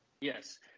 Yes